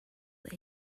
that